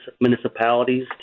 municipalities